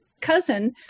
cousin